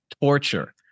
torture